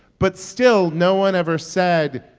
but still, no one ever said,